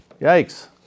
Yikes